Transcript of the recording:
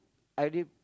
I already